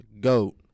GOAT